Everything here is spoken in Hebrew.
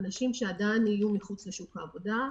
אנשים שעדיין יהיו מחוץ לשוק העבודה.